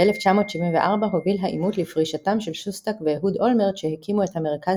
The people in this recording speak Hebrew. ב-1974 הוביל העימות לפרישתם של שוסטק ואהוד אולמרט שהקימו את המרכז